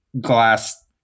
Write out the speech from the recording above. glass